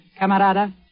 camarada